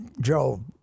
Joe